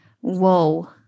Whoa